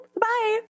Bye